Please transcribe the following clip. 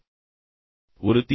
அது அவசியம்